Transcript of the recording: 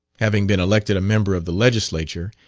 having been elected a member of the legislature,